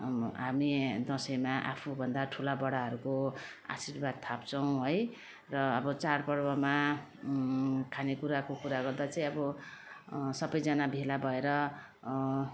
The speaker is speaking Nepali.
हामी दसैँमा आफूभन्दा ठुलाबडाहरूको आशिर्वाद थाप्छौँ है र अब चाडपर्वमा खाने कुराको कुरा गर्दा चाहिँ अब सबैजना भेला भएर